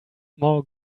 more